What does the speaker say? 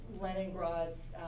Leningrad's